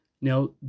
Now